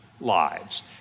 lives